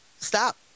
stop